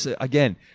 Again